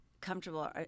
comfortable